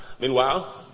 Meanwhile